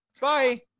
Bye